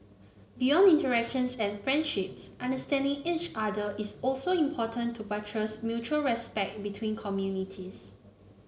beyond interactions and friendships understanding each other is also important to buttress mutual respect between communities